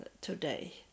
today